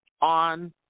on